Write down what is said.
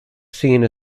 scene